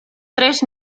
tres